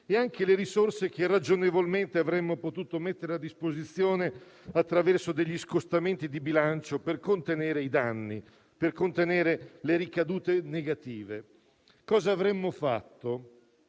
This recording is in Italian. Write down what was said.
e anche le risorse che ragionevolmente avremmo potuto mettere a disposizione attraverso degli scostamenti di bilancio per contenere i danni e le ricadute negative. I dati